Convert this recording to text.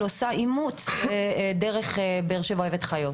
עושה אימוץ דרך באר שבע אוהבת חיות.